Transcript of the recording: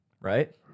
right